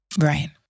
Right